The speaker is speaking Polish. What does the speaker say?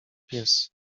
pies